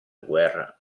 guerra